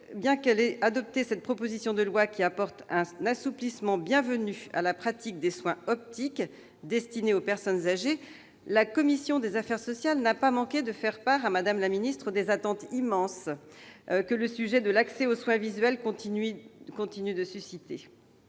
Bien qu'elle ait adopté cette proposition de loi, qui apporte un assouplissement bienvenu à la pratique des soins optiques destinés aux personnes âgées, la commission des affaires sociales n'a pas manqué de faire part à Mme la secrétaire d'État des attentes immenses qui subsistent en matière d'accès aux soins visuels. Offrir